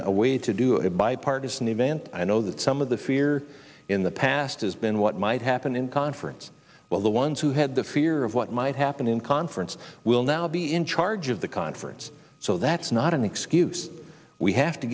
a way to do a bipartisan event i know that some of the fear in the past has been what might happen in conference while the ones who had the fear of what might happen in conference will now be in charge of the conference so that's not an excuse we have to